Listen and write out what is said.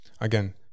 Again